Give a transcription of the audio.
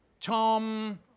Tom